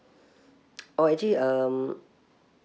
oh actually um